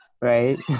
right